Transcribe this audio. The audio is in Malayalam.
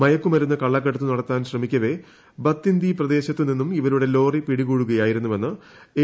മയക്കുമരുന്ന് കള്ളക്കടത്ത് നടത്താൻ ശ്രമിക്ക്വെ ബത്തിന്ദി പ്രദേശത്തു നിന്നും ഇവരുടെ ലോറി പിടിക്കുകയായിരുന്നുവെന്ന് ഐ